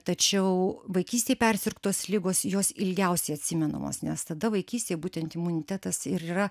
tačiau vaikystėj persirgtos ligos jos ilgiausiai atsimenamos nes tada vaikystėj būtent imunitetas ir yra